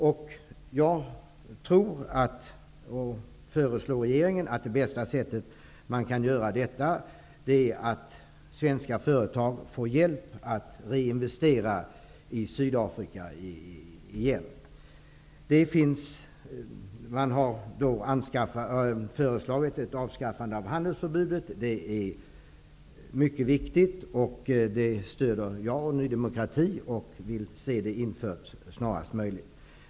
Jag vill framhålla för regeringen att det bästa sättet att bidra till detta är att svenska företag får hjälp att reinvestera i Sydafrika. Man har föreslagit ett avskaffande av handelsförbudet. Det är mycket viktigt, och det stöds av mig och av Ny demokrati. Vi vill se det infört snarast möjligt.